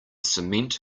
cement